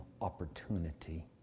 opportunity